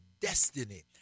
destiny